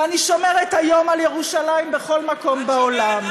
ואני שומרת היום על ירושלים בכל מקום בעולם.